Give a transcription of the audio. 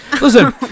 Listen